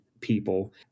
people